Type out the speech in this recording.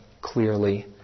clearly